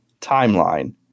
timeline